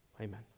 Amen